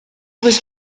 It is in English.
was